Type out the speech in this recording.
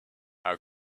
how